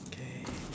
okay